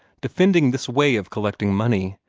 defending this way of collecting money,